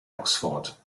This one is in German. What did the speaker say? oxford